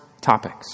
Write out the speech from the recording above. topics